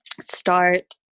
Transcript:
start